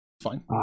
Fine